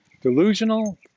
Delusional